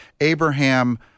Abraham